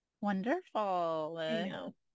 Wonderful